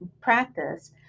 practice